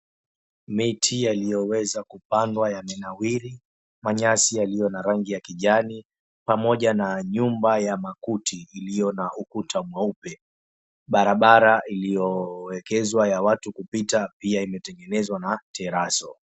Miti yaliyoweza kupandwa yamenawiri kwa nyasi yaliyona rangi ya kijani pamoja na nyumba ya makuti iliyona ukuta mweupe. Barabara iliyowekezwa watu kupita pia imetengenezwa na Teraso.